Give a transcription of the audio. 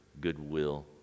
goodwill